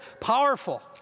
powerful